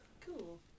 Cool